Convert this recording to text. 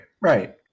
right